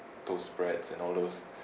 toast breads and all those